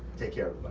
take care of